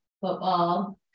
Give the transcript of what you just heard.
football